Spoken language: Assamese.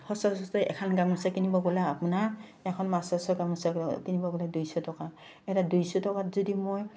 এখন গামোচা কিনিব গ'লে আপোনাৰ এখন মাছৰচৰ গামোচা কিনিব গ'লে দুইশ টকা এটা দুইশ টকাত যদি মই